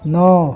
नौ